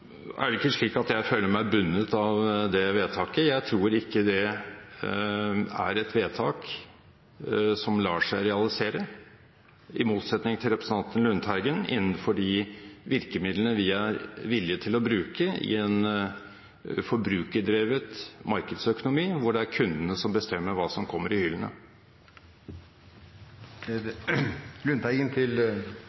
er det ikke slik at jeg føler meg bundet av det vedtaket. Jeg tror ikke – i motsetning til representanten Lundteigen – det er et vedtak som lar seg realisere innenfor de virkemidlene vi er villige til å bruke i en forbrukerdrevet markedsøkonomi hvor det er kundene som bestemmer hva som kommer i hyllene. Jeg vil takke for svaret. Det